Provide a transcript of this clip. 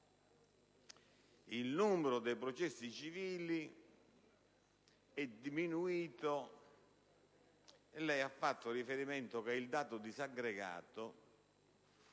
il numero dei processi civili è diminuito ed ha affermato che il dato disaggregato